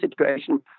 situation